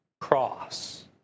cross